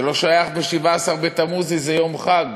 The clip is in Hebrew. זה לא שייך בי"ז בתמוז, כי זה יום חג,